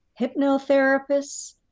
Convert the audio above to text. hypnotherapists